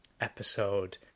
episode